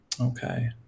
Okay